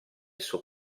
suo